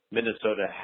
Minnesota